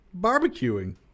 barbecuing